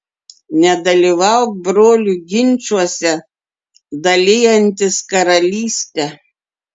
nedalyvauk brolių ginčuose dalijantis karalystę